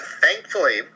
Thankfully